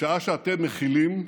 בשעה אתם מכילים,